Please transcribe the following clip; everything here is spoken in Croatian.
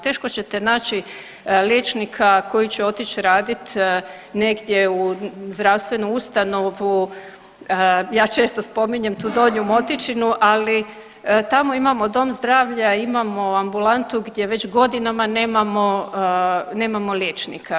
Teško ćete naći liječnika koji će otići raditi negdje u zdravstvenu ustanovu, ja često spominjem tu Donju Motičinu, ali tamo imamo dom zdravlja, imamo ambulantu gdje već godinama nemamo, nemamo liječnika.